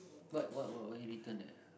what what what what you written there